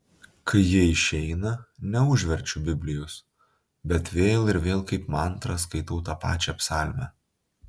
kai jie išeina neužverčiu biblijos bet vėl ir vėl kaip mantrą skaitau tą pačią psalmę